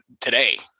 today